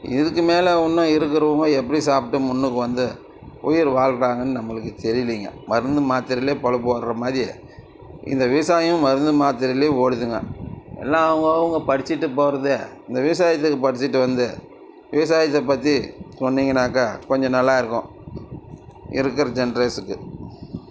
இதுக்கு மேல் இன்னும் இருக்கிறவங்க எப்படி சாப்பிட்டு முன்னுக்கு வந்து உயிர் வாழ்கிறாங்கனு நம்மளுக்கு தெரியலைங்க மருந்து மாத்திரையில் பொழைப்பு ஓட்டுற மாதிரி இந்த விவசாயம் மருந்து மாத்திரையில் ஓடுதுங்க எல்லாம் அவுங்கவங்க படித்துட்டு போகிறது இந்த விவசாயத்துக்கு படித்துட்டு வந்து விவசாயத்தை பற்றி சொன்னீங்கன்னாக்க கொஞ்சம் நல்லா இருக்கும் இருக்கிற ஜென்ரேஸுக்கு